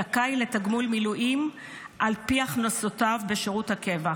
זכאי לתגמול מילואים על פי הכנסותיו בשירות הקבע.